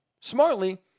smartly